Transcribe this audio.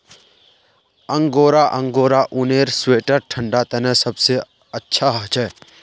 angora angora ऊनेर sweater ठंडा तने सबसे अच्छा हछे